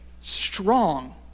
strong